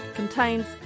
Contains